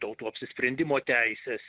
tautų apsisprendimo teisės